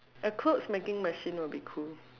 A clothes making machine would be cool